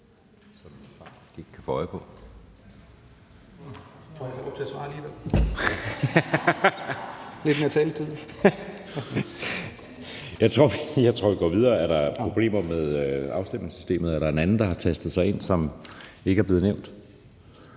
Jeg tror, at vi går videre. Der er måske problemer med systemet. Er der en anden, der har tastet sig ind, som ikke er blevet nævnt?